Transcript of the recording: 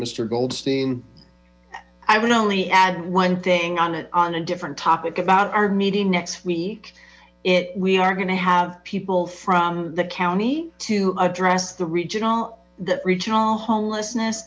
mister goldstein i would only add one thing on it on a different topic about our meeting next week we are going to have people from the county to address the regional regional homelessness